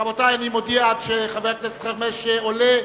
רבותי, עד שחבר הכנסת חרמש עולה,